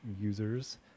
users